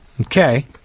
Okay